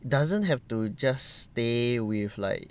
doesn't have to just stay with like